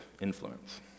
influence